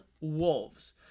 Wolves